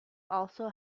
also